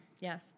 Yes